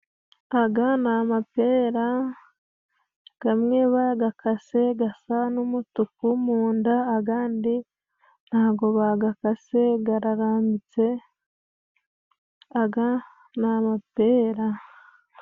Aga ni amapera, gamwe bagakase gasa n'umutuku mu nda, agandi ntabwo bagakase gararambitse, aga ni amapera.